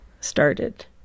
started